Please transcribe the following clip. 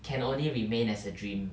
can only remain as a dream